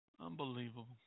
Unbelievable